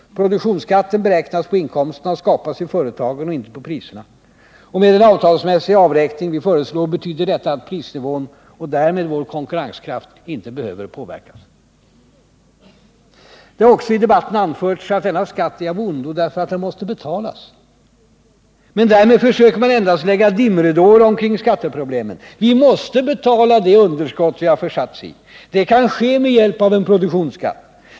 Produktionsskatten beräknas på inkomsterna som skapas i företagen och inte på priserna. Med den avtalsmässiga avräkning vi föreslår betyder detta att prisnivån och därmed vår konkurrenskraft inte behöver påverkas. Det har också i debatten anförts att denna skatt är av ondo, därför att den måste betalas. Men därmed försöker man endast lägga dimridåer omkring skatteproblemen. Vi måste betala det underskott vi har försatts i. Det kan ske med hjälp av en produktionsskatt.